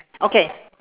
okay